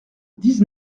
dix